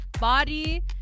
Body